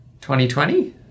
2020